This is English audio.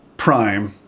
Prime